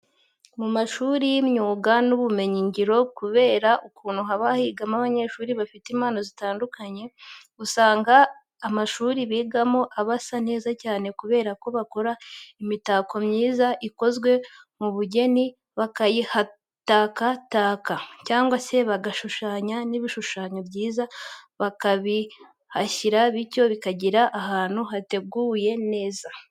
Mu mashuri y'imyuga n'ubumenyingiro kubera ukuntu haba higamo abanyeshuri bafite impano zitandukanye, usanga amashuri bigiramo aba asa neza cyane kubera ko bakora imitako myiza ikozwe mu bugeni bakayihataka cyangwa se bagashushanya n'ibishushanyo byiza bakabihashyira bityo bakigira ahantu hateguye neza.